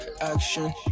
Action